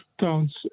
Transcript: towns